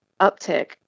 uptick